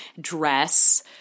dress